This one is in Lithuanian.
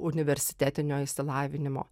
universitetinio išsilavinimo